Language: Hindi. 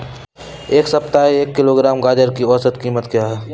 इस सप्ताह एक किलोग्राम गाजर की औसत कीमत क्या है?